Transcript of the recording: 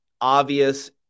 obvious